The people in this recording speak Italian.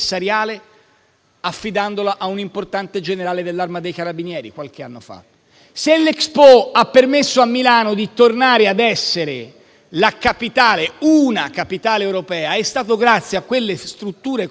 anno fa, a un importante generale dell'Arma dei carabinieri. Se l'Expo ha permesso a Milano di tornare ad essere una capitale europea, è stato grazie a quelle strutture commissariali